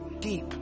deep